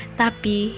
tapi